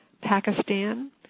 Pakistan